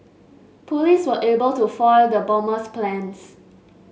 police were able to foil the bomber's plans